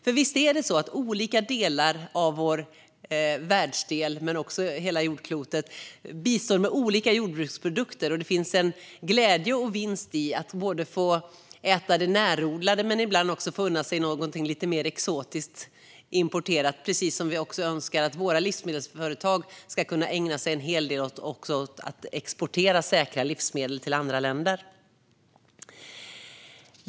För visst är det så att olika delar av vår världsdel, men också hela jordklotet, bistår med olika jordbruksprodukter? Och det finns en glädje och vinst i att få äta det närodlade men ibland också få unna sig någonting lite mer exotiskt och importerat. Vi önskar också att våra livsmedelsföretag ska kunna ägna sig en hel del åt att exportera säkra livsmedel till andra länder.